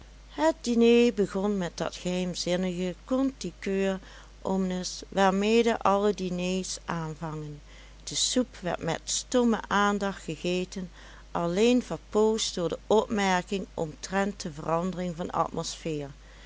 het diner begon met dat geheimzinnige conticuere omnes waarmede alle diners aanvangen de soep werd met stomme aandacht gegeten alleen verpoosd door de opmerking omtrent de verandering van atmosfeer